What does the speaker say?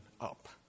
up